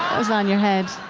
was on your head.